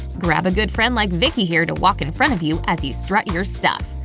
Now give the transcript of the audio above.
grab a good friend like vicky here to walk in front of you as you strut your stuff.